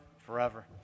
forever